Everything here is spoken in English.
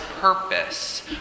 purpose